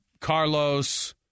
Carlos